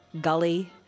Gully